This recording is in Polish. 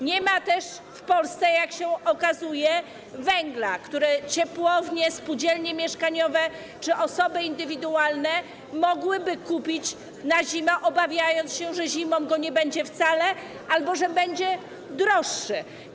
Nie ma też w Polsce, jak się okazuje, węgla, który ciepłownie, spółdzielnie mieszkaniowe czy osoby indywidualne mogłyby kupić na zimę w związku z obawą, że zimą go nie będzie wcale albo będzie droższy.